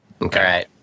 Okay